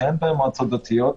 שאין בהן מועצות דתיות.